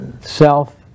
self